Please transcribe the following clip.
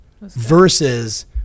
versus